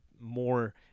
more